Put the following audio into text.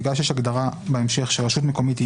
בגלל שיש הגדרה בהמשך שרשות מקומית היא